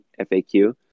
FAQ